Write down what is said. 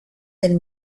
del